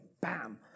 bam